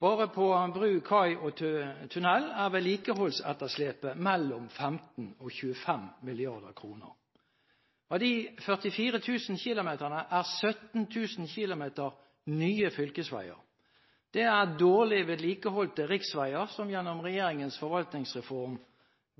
Bare på bru, kai og tunnel er vedlikeholdsetterslepet mellom 15 og 25 mrd. kr. Av de 44 000 km er 17 000 km nye fylkesveier. Det er dårlig vedlikeholdte riksveier som gjennom regjeringens forvaltningsreform